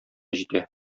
җитә